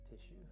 tissue